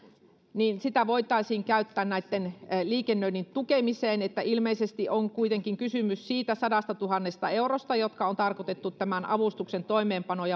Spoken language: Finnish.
että sitä voitaisiin käyttää liikennöinnin tukemiseen niin ilmeisesti on kuitenkin kysymys siitä sadastatuhannesta eurosta joka on tarkoitettu tämän avustuksen toimeenpanon